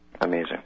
Amazing